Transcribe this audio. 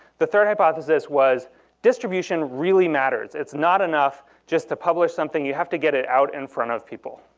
the third hypothesis was distribution really matters. it's not enough just to publish something, you have to get it out in front of people.